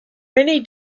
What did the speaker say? many